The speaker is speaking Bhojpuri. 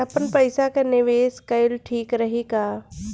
आपनपईसा के निवेस कईल ठीक रही का?